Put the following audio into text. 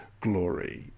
glory